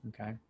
okay